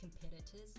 competitors